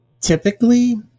typically